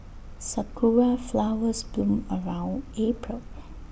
Sakura Flowers bloom around April